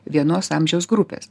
vienos amžiaus grupės